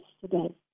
today